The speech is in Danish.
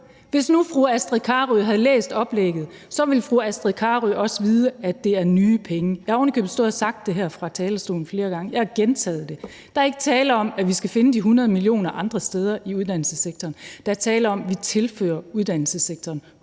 Hvis nu fru Astrid Carøe havde læst oplægget, ville fru Astrid Carøe også vide, at det er nye penge. Jeg har ovenikøbet stået og sagt det her fra talerstolen flere gange – jeg har gentaget det. Der er ikke tale om, at vi skal finde de 100 mio. kr. andre steder i uddannelsessektoren. Der er tale om, at vi tilfører uddannelsessektoren